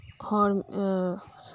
ᱦᱚᱲ ᱤᱭᱟᱹ